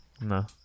No